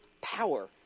power